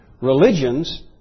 religions